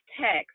text